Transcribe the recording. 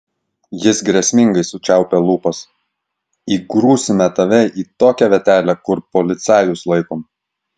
jis grėsmingai sučiaupė lūpas įgrūsime tave į tokią vietelę kur policajus laikom